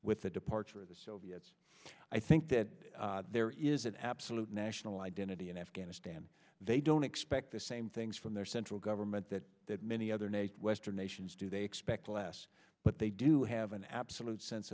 with the departure of the soviets i think that there is an absolute national identity in afghanistan they don't expect the same things from their central government that that many other native western nations do they expect less but they do have an absolute sense